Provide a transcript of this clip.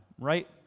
right